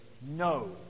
no